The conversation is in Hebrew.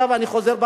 הם שבדים.